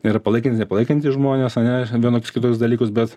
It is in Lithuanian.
yra palaikantys ir nepalaikantys žmonės ane vienokius ar kitus dalykus bet